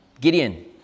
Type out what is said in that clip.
Gideon